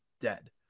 dead